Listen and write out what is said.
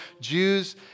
Jews